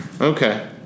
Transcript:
Okay